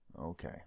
Okay